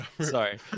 Sorry